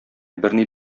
берни